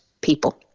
people